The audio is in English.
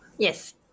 Yes